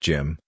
Jim